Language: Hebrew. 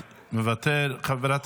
מוותר?